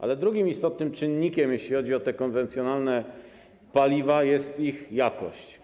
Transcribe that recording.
Ale drugim istotnym czynnikiem, jeśli chodzi o te paliwa konwencjonalne, jest ich jakość.